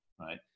right